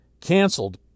canceled